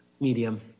medium